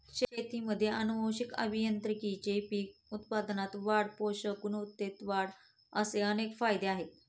शेतीमध्ये आनुवंशिक अभियांत्रिकीचे पीक उत्पादनात वाढ, पोषक गुणवत्तेत वाढ असे अनेक फायदे आहेत